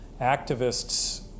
activists